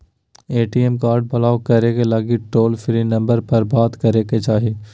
ATM card block करे लगी toll free number पर बात करे के चाही